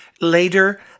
later